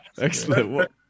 Excellent